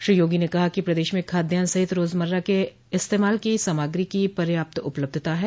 श्री योगी ने कहा कि प्रदेश में खाद्यान सहित रोजमर्रा के इस्तेमाल की सामग्री की पर्याप्त उपलब्धता है